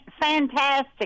Fantastic